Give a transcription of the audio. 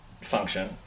function